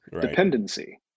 dependency